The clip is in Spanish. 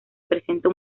presenta